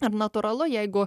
ir natūralu jeigu